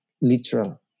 literal